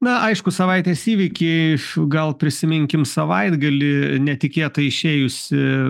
na aišku savaitės įvykiai iš gal prisiminkim savaitgalį netikėtai išėjusį